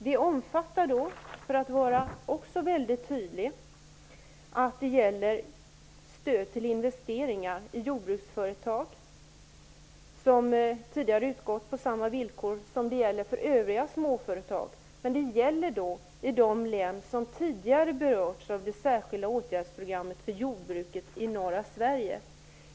Det omfattar, för att vara väldigt tydlig, stöd till investeringar i jordbruksföretag som tidigare utgått på samma villkor som gäller för övriga småföretag. Detta gäller de län som tidigare berörts av det särskilda åtgärdsprogrammet för jordbruket i norra Sverige.